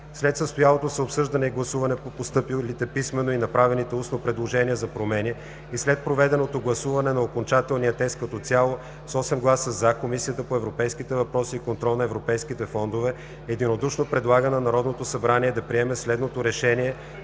След състоялото се обсъждане и гласуване по постъпилите писмено и направените устно предложения за промени, и след проведеното гласуване на окончателния текст като цяло, с 8 гласа „за” Комисията по европейските въпроси и контрол на европейските фондове единодушно предлага на Народното събрание да приеме следното Решение